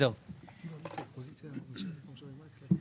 אותו דבר כמו השכר של היושב-ראש הנוכחי.